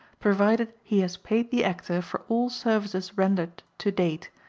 provided he has paid the actor for all services rendered to date,